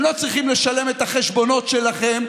הם לא צריכים לשלם את החשבונות שלכם.